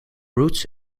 roots